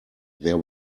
there